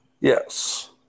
Yes